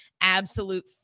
absolute